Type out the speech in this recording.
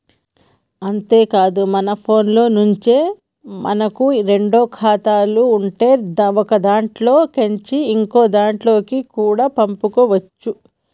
అంతేకాదు మన ఫోన్లో నుంచే మనకు రెండు ఖాతాలు ఉంటే ఒకదాంట్లో కేంచి ఇంకోదాంట్లకి కూడా పంపుకోవచ్చు